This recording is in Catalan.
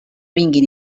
vinguin